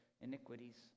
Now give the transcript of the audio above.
iniquities